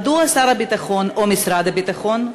מדוע שר הביטחון, או משרד הביטחון,